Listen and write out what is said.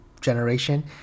generation